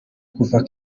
kuva